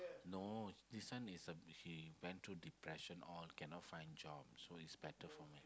no this one is a he went through depression all cannot find job so it's better for me